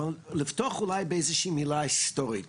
אבל לפתוח אולי באיזושהי מילה היסטורית,